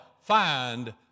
find